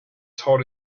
told